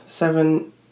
seven